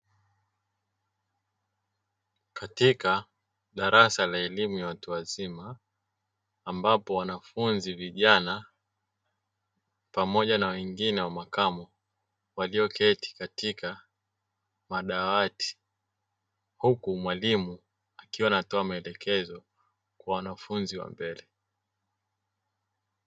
Katika darasa la elimu ya watu wazima, ambapo wanafunzi vijana na wengine wa makamu wameketi katika madawati, mwalimu anatoa maelekezo kwa wanafunzi wa mbele.